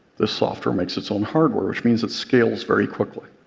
this software makes its own hardware, which means it scales very quickly.